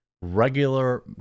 regular